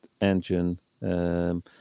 engine